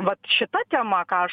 vat šita tema ką aš